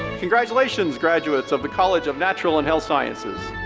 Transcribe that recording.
congratulations graduates of the college of natural and health sciences.